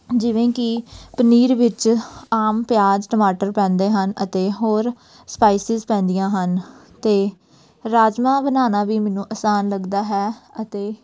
ਜਿਵੇਂ ਕਿ ਪਨੀਰ ਵਿੱਚ ਆਮ ਪਿਆਜ਼ ਟਮਾਟਰ ਪੈਂਦੇ ਹਨ ਅਤੇ ਹੋਰ ਸਪਾਈਸਿਸ ਪੈਂਦੀਆਂ ਹਨ ਅਤੇ ਰਾਜਮਾਂਹ ਬਣਾਉਣਾ ਵੀ ਮੈਨੂੰ ਆਸਾਨ ਲੱਗਦਾ ਹੈ ਅਤੇ